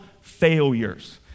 failures